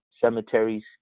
cemeteries